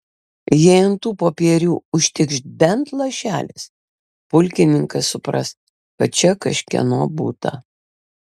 jei ant tų popierių užtikš bent lašelis pulkininkas supras kad čia kažkieno būta